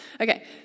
okay